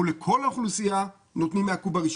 אנחנו לכל האוכלוסייה נותנים מהקוב הראשון,